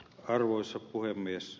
arvoisa puhemies